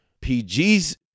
PG's